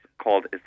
called